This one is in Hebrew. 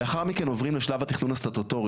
לאחר מכן עוברים לשלב התכנון הסטטוטורי,